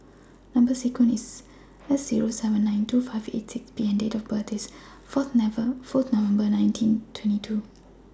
Number sequence IS S Zero seven nine two five eight six P and Date of birth IS four November nineteen twenty two